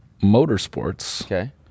motorsports